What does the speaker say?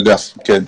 בסדר.